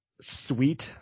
Sweet